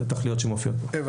לתכליות שמופיעות כאן.